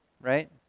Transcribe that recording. right